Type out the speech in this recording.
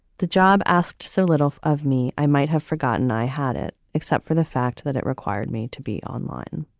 the job asked so little of me. i might have forgotten i had it, except for the fact that it required me to be online